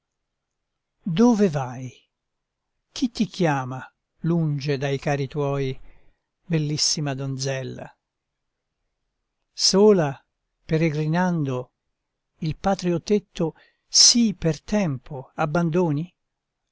dove vai chi ti chiama lunge dai cari tuoi bellissima donzella sola peregrinando il patrio tetto sì per tempo abbandoni